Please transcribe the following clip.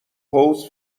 حوض